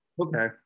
Okay